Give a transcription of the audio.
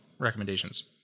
Recommendations